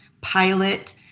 pilot